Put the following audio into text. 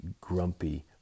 grumpy